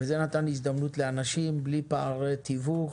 זה נתן הזדמנות לאנשים, בלי פערי תיווך,